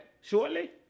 shortly